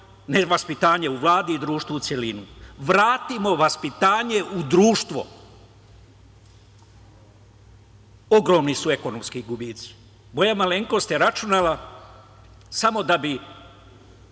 nevaspitanje u Vladi i društvu u celini. Vratimo vaspitanje u društvo. Ogromni su ekonomski gubici. Moja malenkost je računala samo da bi